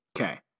Okay